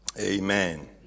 Amen